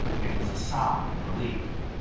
it was a sigh of relief.